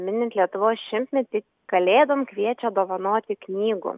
minint lietuvos šimtmetį kalėdom kviečia dovanoti knygų